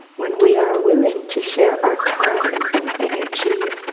when we are willing to share our time, and energy,